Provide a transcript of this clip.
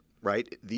right